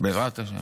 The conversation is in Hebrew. בעזרת השם,